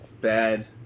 bad